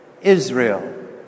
Israel